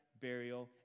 Burial